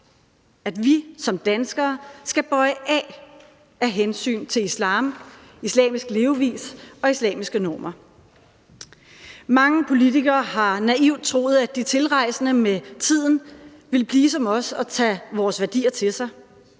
at vi som danskere skal bøje af af hensyn til islam, islamisk levevis og islamiske normer. Mange politikere har naivt troet, at de tilrejsende med tiden ville blive som os og tage vores værdier til sig.